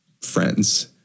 friends